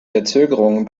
verzögerungen